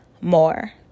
more